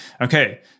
Okay